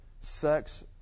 sex